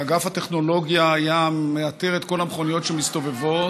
ואגף הטכנולוגיה היה מאתר את כל המכוניות שמסתובבות,